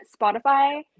spotify